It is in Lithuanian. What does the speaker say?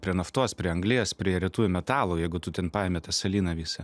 prie naftos prie anglies prie retųjų metalų jeigu tu ten paimi tą salyną visą